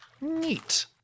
Neat